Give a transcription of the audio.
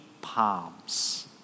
palms